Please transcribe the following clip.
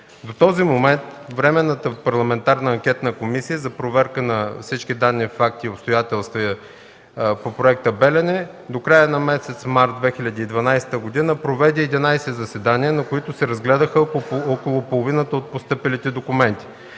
До този момент Временната парламентарна анкетна комисия за проверка на всички данни, факти и обстоятелства за решения и действия по проекта „АЕЦ „Белене” от 2002 г. до края на месец март 2012 г. проведе 11 заседания, на които се разгледаха около половината от постъпилите документи.